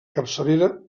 capçalera